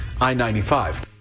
i-95